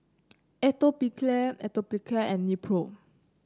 Atopiclair Atopiclair and Nepro